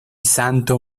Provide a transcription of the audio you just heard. santo